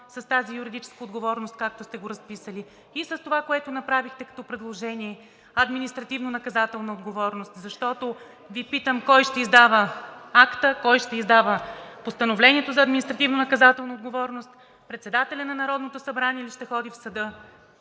с тази юридическа отговорност, както сте го разписали, и с това, което направихте като предложение – административнонаказателна отговорност. Защото Ви питам: кой ще издава акта, който ще издава постановлението за административнонаказателна отговорност, председателят на Народното събрание ли ще ходи в съда…?